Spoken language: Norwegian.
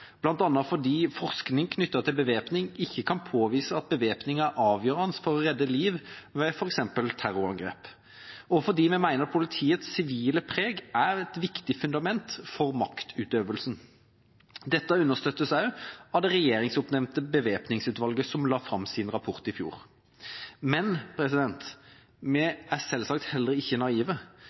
forskning knyttet til bevæpning ikke kan påvise at bevæpning er avgjørende for å redde liv ved f.eks. et terrorangrep. Vi mener også at politiets sivile preg er et viktig fundament for maktutøvelsen. Dette understøttes også av det regjeringsoppnevnte bevæpningsutvalget, som la fram sin rapport i fjor. Men vi er selvsagt ikke naive.